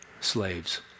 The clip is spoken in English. slaves